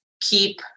keep